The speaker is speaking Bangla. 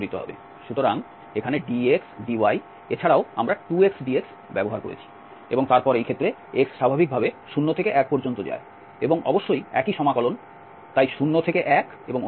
সুতরাং এখানে dx dy এছাড়াও আমরা 2xdx ব্যবহার করেছি এবং তারপর এই ক্ষেত্রে x স্বাভাবিকভাবে 0 থেকে 1 পর্যন্ত যায় এবং অবশ্যই একই সমাকলন তাই 0 থেকে 1 এবং অন্যটি